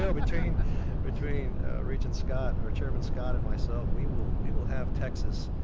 so between between regent scott, or chairman scott and myself. we will we will have texas,